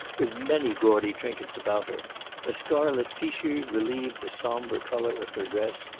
with many gaudy trinkets about her a scarlet fichu relieved the sombre colour of her dress,